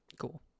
Cool